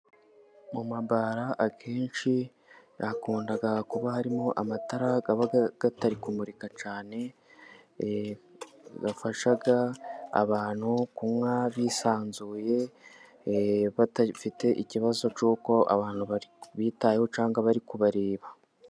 Mu mabara akenshi hakunda kuba harimo amatara aba atari kumurika cyane, afasha abantu kunywa bisanzuye badafite ikibazo cy'uko abantu babitayeho cyangwa bari kubareba.